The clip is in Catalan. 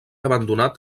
abandonat